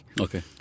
Okay